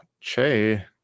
Che